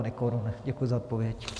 Děkuji za odpověď.